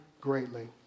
greatly